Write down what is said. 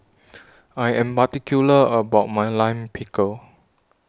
I Am particular about My Lime Pickle